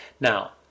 now